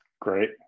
Great